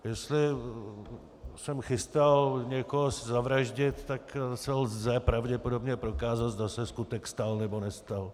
Jestli jsem chystal někoho zavraždit, tak se lze pravděpodobně prokázat, zda se skutek stal, nebo nestal.